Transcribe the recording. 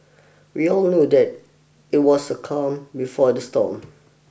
we all knew that it was the calm before the storm